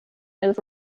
his